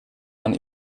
man